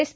S